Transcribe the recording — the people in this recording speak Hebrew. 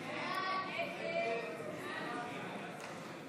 הסתייגות 231 לא נתקבלה.